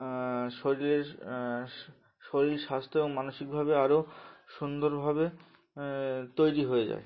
শরীরের শরীর স্বাস্থ্য এবং মানসিকভাবে আরও সুন্দরভাবে তৈরি হয়ে যায়